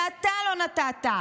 שאתה לא נתת,